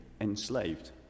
enslaved